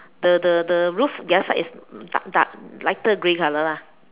the the the roof the other side is dark dark lighter grey color lah